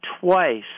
twice